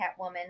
Catwoman